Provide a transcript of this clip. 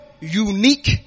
unique